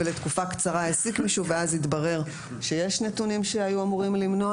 ולתקופה קצרה העסיק מישהו ואז התברר שיש נתונים שהיו אמורים למנוע,